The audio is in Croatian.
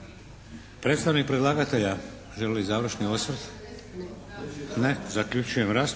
Predstavnik predlagatelja želi završni osvrt? Ne. Zaključujem raspravu.